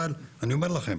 אבל, אני אומר לכם,